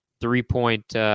three-point